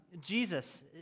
Jesus